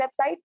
website